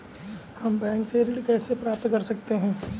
हम बैंक से ऋण कैसे प्राप्त कर सकते हैं?